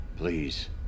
Please